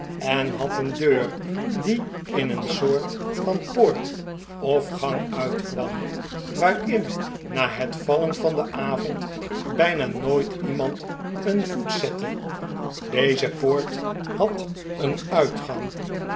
en had een deur die in een soort van poort of gang uitkwam waarin na het vallen van den avond bijna nooit iemand een voet zette deze poort had een uitgang